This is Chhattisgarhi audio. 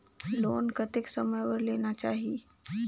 लोन कतेक समय बर लेना चाही?